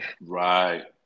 Right